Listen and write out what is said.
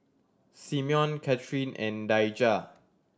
Simeon Cathrine and Daija